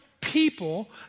people